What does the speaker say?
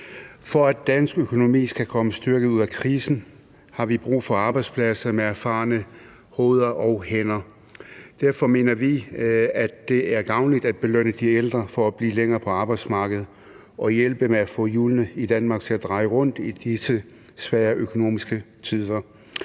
For at dansk økonomi skal komme styrket ud af krisen, har vi brug for arbejdspladser med erfarne hoveder og hænder. Derfor mener vi, at det er gavnligt at belønne de ældre for at blive længere på arbejdsmarkedet og hjælpe med at få hjulene i Danmark til at dreje rundt i disse svære økonomiske tider.